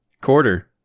quarter